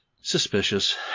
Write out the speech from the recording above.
suspicious